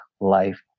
life